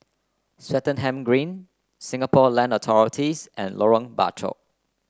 Swettenham Green Singapore Land Authorities and Lorong Bachok